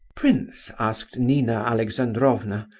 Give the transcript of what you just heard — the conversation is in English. prince, asked nina alexandrovna,